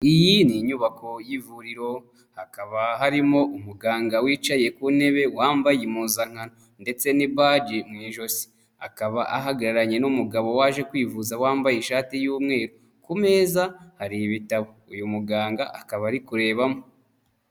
Iyi ni inyubako y'ivuriro, hakaba harimo umuganga wicaye ku ntebe wambaye impuzankano ndetse n'ibaji mu ijosi. Akaba ahagararanye n'umugabo waje kwivuza wambaye ishati y'umweru, ku meza hari ibitabo, uyu muganga akaba ari kurebamo.